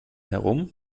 herum